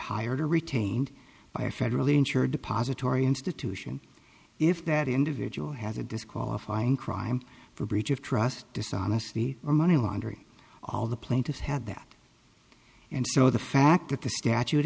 hired or retained by a federally insured depository institution if that individual has a disqualifying crime for breach of trust dishonesty or money laundering all the plaintiff had that and so the fact that the statute